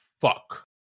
Fuck